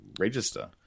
register